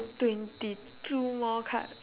twenty two more card